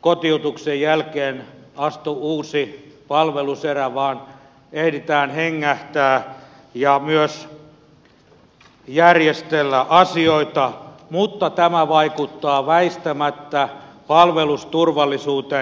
kotiutuksen jälkeen astu uusi palveluserä vaan ehditään hengähtää ja myös järjestellä asioita mutta tämä vaikuttaa väistämättä palvelusturvallisuuteen